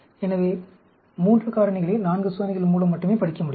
எனவே 3 காரணிகளை 4 சோதனைகள் மூலம் மட்டுமே படிக்க முடியும்